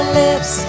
lips